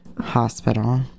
Hospital